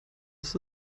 ist